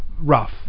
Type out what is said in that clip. rough